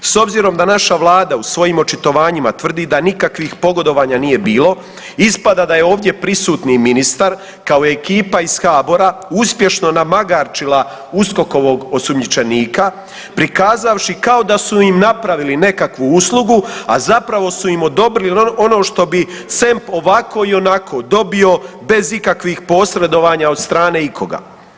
S obzirom da naša vlada u svojim očitovanjima tvrdi da nikakvih pogodovanja nije bilo ispada da je ovdje prisutni ministar kao i ekipa HBOR-a uspješno namagarčila USKOK-ovog osumnjičenika prikazavši kao da su im napravili nekakvu uslugu, a zapravo su im odobrili ono što bi SEMP ovako i onako dobio bez ikakvih posredovanja od strane ikoga.